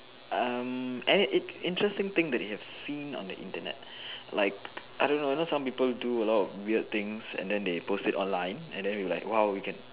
um interesting thing that you have seen on the Internet like I don't know you know some people do weird things and then they post it online and you're like !wow!